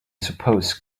suppose